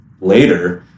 later